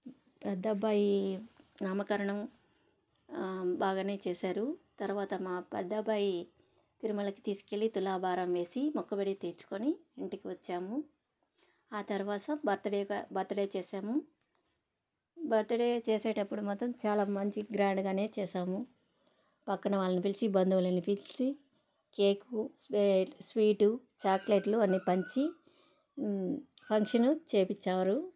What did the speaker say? పెద్దబ్బాయి నామకరణం బాగానే చేశారు తర్వాత మా పెద్దబ్బాయి తిరుమలకి తీసుకెళ్లి తులాభారం వేసి మొక్కుబడి తీర్చుకొని ఇంటికి వచ్చాము ఆ తర్వాత బర్త్డేగా బర్త్డే చేశాము బర్త్డే చేసేటప్పుడు మాత్రం చాలా మంచి గ్రాండ్గానే చేసాము పక్కన వాళ్ళని పిలిచి బంధువులను పిలిచి కేకు స్వే స్వీటు చాక్లెట్లు అన్నీ పంచి ఫంక్షన్ చేపించారు